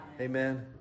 Amen